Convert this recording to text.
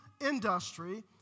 industry